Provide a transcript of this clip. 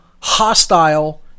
hostile